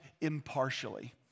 impartially